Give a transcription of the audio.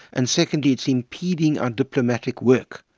and secondly, it's impeding our diplomatic work.